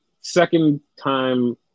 second-time